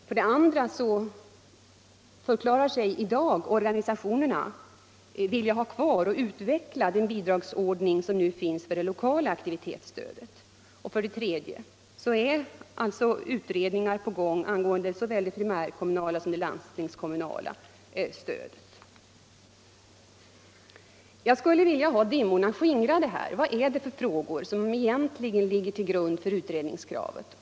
För det andra förklarar sig organisationerna i dag vilja ha kvar och utveckla den bidragsordning som finns för det lokala aktivitetsstödet. För det tredje är utredningar på gång beträffande såväl det primärkommunala som det landstingskommunala stödet. Jag skulle vilja ha dimmorna skingrade här: Vilka frågor är det egentligen som ligger till grund för utredningskravet?